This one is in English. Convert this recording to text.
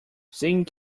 singing